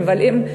מבלים,